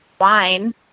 wine